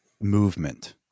movement